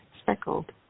speckled